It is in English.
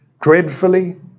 dreadfully